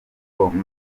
people